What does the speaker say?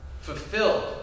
fulfilled